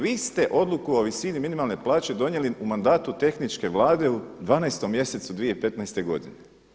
Vi ste odluku o visini minimalne plaće donijeli u mandatu tehničke Vlade u 12. mjesecu 2015. godine.